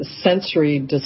sensory